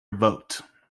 vote